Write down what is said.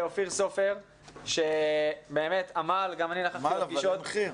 אופיר סופר שבאמת עמל והשקיע בזה.